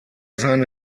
seine